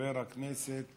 חבר הכנסת